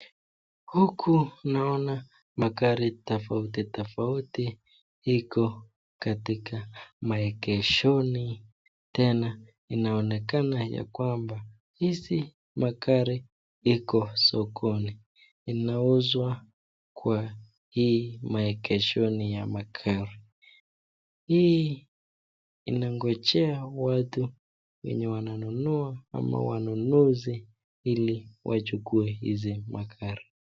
Huku naona magari tofauti tofauti iko katika maegeshoni. Tena inaonekana ya kwamba hizi magari iko sokoni, inauzwa kwa hii maegeshoni ya magari. Hii inangojea watu wenye wananunua ama wanunuzi ili wachukuwe hizi magari.